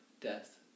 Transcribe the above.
death